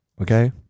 Okay